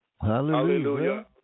Hallelujah